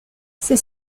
c’est